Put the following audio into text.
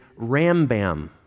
Rambam